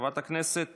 חברת הכנסת